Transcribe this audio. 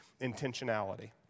intentionality